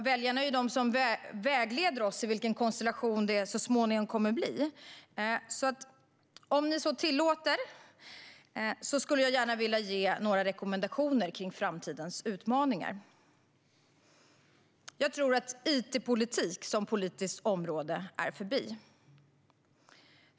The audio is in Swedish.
Väljarna är de som vägleder oss i vilken konstellation det så småningom kommer att bli, så om ni så tillåter skulle jag gärna vilja ge några rekommendationer kring framtidens utmaningar. Jag tror att it-politik som politiskt område är förbi.